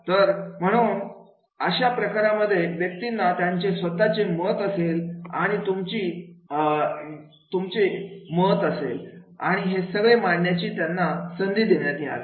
तर म्हण म्हणून अशा प्रकारांमध्ये व्यक्तींना त्यांचे स्वतःचे मत असेल आणि तुमची असती आणि सूर्य असतील आणि ते सगळे मांडण्याची त्यांना संधी देण्यात यावी